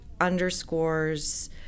underscores